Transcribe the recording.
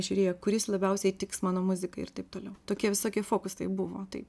žiūrėjo kuris labiausiai tiks mano muzikai ir taip toliau tokie visokie fokusai buvo taip